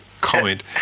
comment